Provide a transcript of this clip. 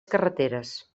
carreteres